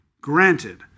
Granted